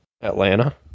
Atlanta